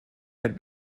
had